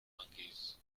monkeys